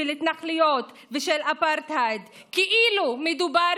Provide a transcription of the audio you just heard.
של התנחלויות ושל אפרטהייד כאילו מדובר